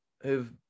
who've